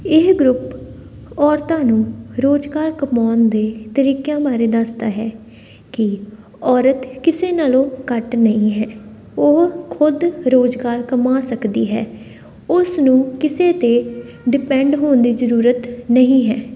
ਇਹ ਗਰੁੱਪ ਔਰਤਾਂ ਨੂੰ ਰੁਜ਼ਗਾਰ ਕਮਾਉਣ ਦੇ ਤਰੀਕਿਆਂ ਬਾਰੇ ਦੱਸਦਾ ਹੈ ਕਿ ਔਰਤ ਕਿਸੇ ਨਾਲੋਂ ਘੱਟ ਨਹੀਂ ਹੈ ਉਹ ਖੁਦ ਰੁਜ਼ਗਾਰ ਕਮਾ ਸਕਦੀ ਹੈ ਉਸਨੂੰ ਕਿਸੇ 'ਤੇ ਡਿਪੈਂਡ ਹੋਣ ਦੀ ਜ਼ਰੂਰਤ ਨਹੀਂ ਹੈ